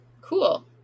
Cool